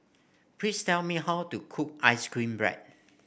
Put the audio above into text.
please tell me how to cook ice cream bread